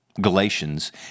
Galatians